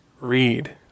Read